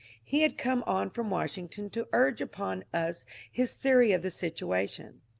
he had come on from washington to urge upon us his theory of the situation.